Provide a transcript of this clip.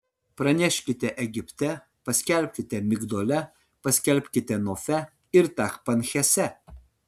praneškite egipte paskelbkite migdole paskelbkite nofe ir tachpanhese